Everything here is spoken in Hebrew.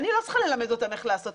אני לא צריכה ללמד אותם איך לעשות.